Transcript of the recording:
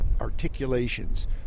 articulations